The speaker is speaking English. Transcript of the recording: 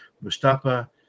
Mustafa